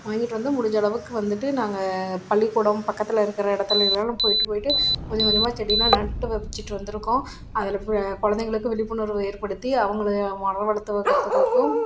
வாங்கிட்டு வந்து முடிஞ்ச அளவுக்கு வந்துட்டு நாங்கள் பள்ளிக்கூடம் பக்கத்தில் இருக்கிற இடத்துலயெல்லாம் போய்ட்டு போய்ட்டு கொஞ்சம் கொஞ்சமாக செடிலாம் நட்டு வச்சுட்டு வந்திருக்கோம் அதில் குழந்தைகளுக்கும் விழிப்புணர்வு ஏற்படுத்தி அவங்களை மரம் வளர்த்து வைக்கிறதுகளுக்கும்